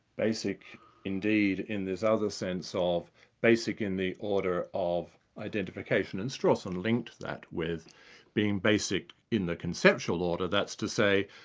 basic indeed in this other sense ah of basic in the order of identification. and strawson linked that with being basic in the conceptual order, that's to say,